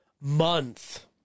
month